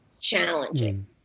challenging